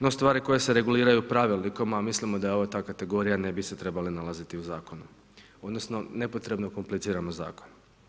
No stvari koje se reguliraju pravilnikom, a mislimo da je ovo ta kategorija ne bi se trebale nalaziti u zakonu, odnosno nepotrebno kompliciramo zakon.